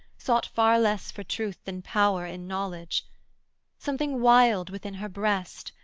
sought far less for truth than power in knowledge something wild within her breast,